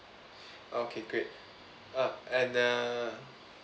okay great uh and uh